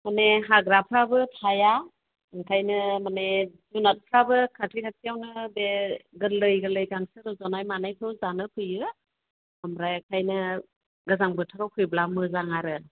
माने हाग्राफ्राबो थाया ओंखायनो माने जुनारफ्राबो खाथि खाथियावनो बे गोरलै गोरलै गांसो रज'नाय थानायखौ जानो फैयो ओमफ्राय आखायनो गोजां बोथोराव फैब्ला मोजां आरो